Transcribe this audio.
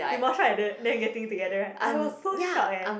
you more shocked at the them getting together right I was so shocked eh